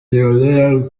young